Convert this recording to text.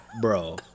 Bro